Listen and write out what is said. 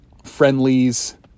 friendlies